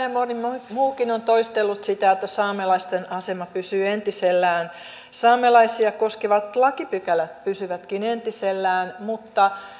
ja moni muukin on toistellut sitä että saamelaisten asema pysyy entisellään saamelaisia koskevat lakipykälät pysyvätkin entisellään mutta